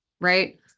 right